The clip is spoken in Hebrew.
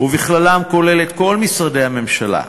ובכללם כל משרדי הממשלה,